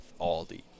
Aldi